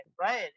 Right